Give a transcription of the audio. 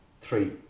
Three